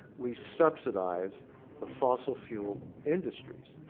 we subsidize the fossil fuel industries.